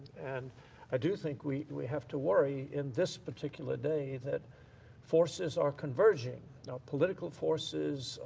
and i do think we we have to worry in this particular day that forces are converging, our political forces,